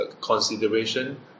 consideration